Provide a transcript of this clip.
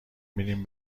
میریم